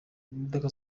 imodoka